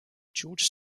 george